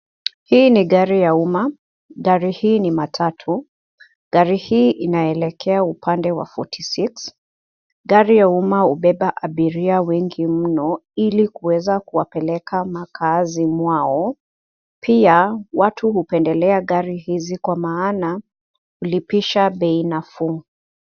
Hii i gari ya umma. Gari hii ni matatu, gari hii inaelekea upande wa 46. Gari ya umma hubeba abiria wengi mno ili kuweza kuwapeleka makaazi mwao, pia watu hupendelea gari hizi kwa maana hulipisha bei nafuu.